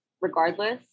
regardless